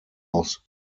aus